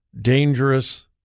dangerous